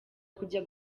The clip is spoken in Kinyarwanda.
kujya